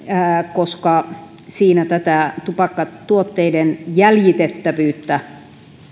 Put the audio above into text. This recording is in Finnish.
koska siinä tupakkatuotteiden jäljitettävyyttä